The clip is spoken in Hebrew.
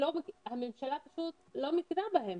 שהממשלה פשוט לא מכירה בהם,